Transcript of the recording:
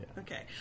Okay